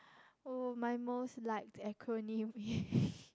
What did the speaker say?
oh my most liked acronym is